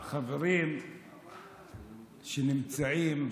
אדוני היושב-ראש, חברים שנמצאים במליאה,